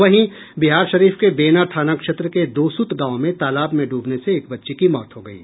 वहीं बिहारशरीफ के बेना थाना क्षेत्र के दोसुत गांव में तालाब में ड्रबने से एक बच्ची की मौत हो गयी